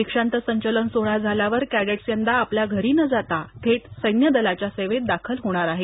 दीक्षांत संचलन सोहळा झाल्यावर कॅडेटस यन्दा आपल्या घरी न जाता थेट सैन्य दलाच्या सेवेत दाखल होणार आहेत